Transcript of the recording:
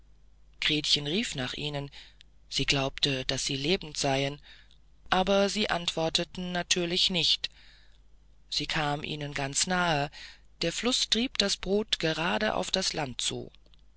gretchen rief nach ihnen sie glaubte daß sie lebend seien aber sie antworteten natürlich nicht sie kam ihnen ganz nahe der fluß trieb das bot gerade auf das land zu